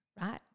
right